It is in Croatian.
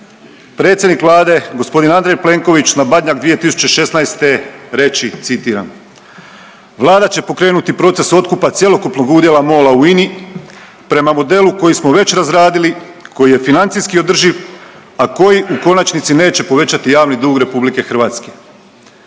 predsjednik Vlade g. Andrej Plenković na Badnjak 2016. reći, citiram, Vlada će pokrenuti proces otkupa cjelokupnog udjela MOL-a u INA-i prema modelu koji smo već razradili, koji je financijski održiv, a koji u konačnici neće povećati javni dug RH.